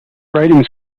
writing